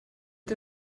der